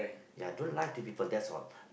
ya don't lie to people that's all